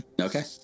Okay